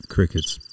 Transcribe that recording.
Crickets